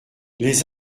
les